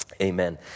Amen